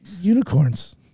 unicorns